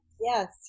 Yes